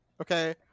okay